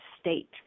state